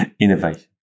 innovation